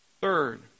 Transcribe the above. Third